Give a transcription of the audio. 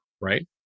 right